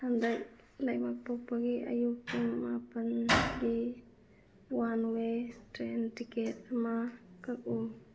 ꯍꯟꯗꯛ ꯂꯩꯕꯥꯛꯄꯣꯛꯄꯒꯤ ꯑꯌꯨꯛ ꯄꯨꯡ ꯃꯥꯄꯟꯒꯤ ꯋꯥꯟ ꯋꯦ ꯇꯔꯦꯟ ꯇꯤꯛꯀꯦꯠ ꯑꯃ ꯀꯛꯎ